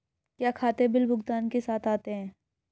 क्या खाते बिल भुगतान के साथ आते हैं?